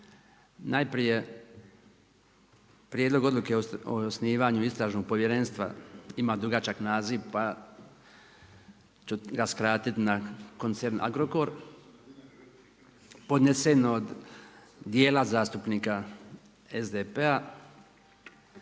Najprije, prijedlog odluke o osnivanju istražnog povjerenstva ima dugačak naziv, pa ću ga skratit na koncern Agrokor, podnesen od dijela zastupnika SDP-a